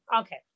Okay